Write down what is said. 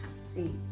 See